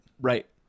Right